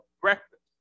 breakfast